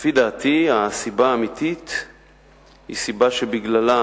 לפי דעתי, הסיבה האמיתית היא סיבה שבגללה